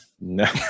no